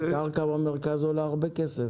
קרקע במרכז עולה הרבה כסף.